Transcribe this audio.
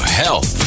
health